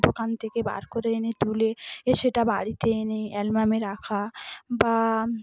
দোকান থেকে বার করে এনে তুলে এ সেটা বাড়িতে এনে অ্যালবামে রাখা বা